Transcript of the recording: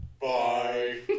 Bye